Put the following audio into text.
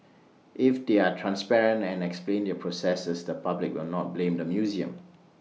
if they are transparent and explain their processes the public will not blame the museum